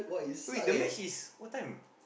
wait the match is what time